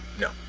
No